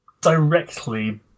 directly